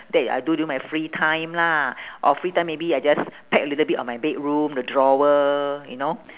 that I do during my free time lah or free time maybe I just pack a little bit of my bedroom the drawer you know